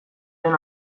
den